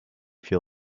feel